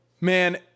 man